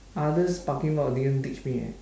others parking lot didn't teach me eh